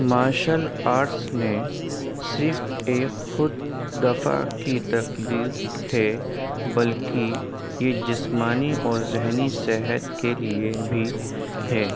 martial arts نے صرف ایک خود دفاع کی تکنیک ہے بلکہ یہ جسمانی اور ذہنی صحت کے لیے بھی ہے